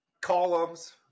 columns